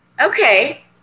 Okay